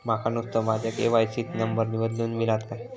माका नुस्तो माझ्या के.वाय.सी त नंबर बदलून मिलात काय?